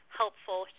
helpful